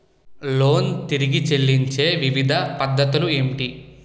Loan తిరిగి చెల్లించే వివిధ పద్ధతులు ఏంటి?